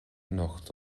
anocht